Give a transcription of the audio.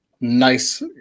nice